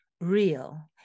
real